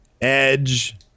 Edge